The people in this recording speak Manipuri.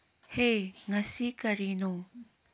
ꯍꯦ ꯉꯁꯤ ꯀꯔꯤꯅꯣ